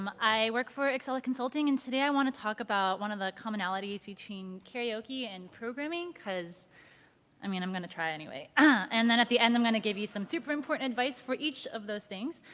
um i work for excella consulting and today i want to talk about one of the commonalities between karaoke and programming, cuz i mean, i'm gonna try anyway. and then at the end i'm gonna give you some super important advice for each of those things.